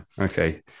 Okay